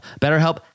BetterHelp